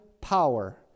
power